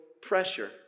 pressure